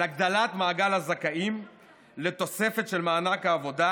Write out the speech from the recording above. הגדלת מעגל הזכאים לתוספת של מענק העבודה,